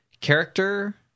character